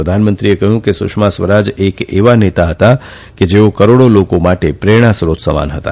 પ્રધાનમંત્રીએ કહયું કે સુષ્મા સ્વરાજ એક એવા નેતા હતા કે જેઓ કરોડો લોકો માટે પ્રેરણાશ્રીત સમાન હતા